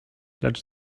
lecz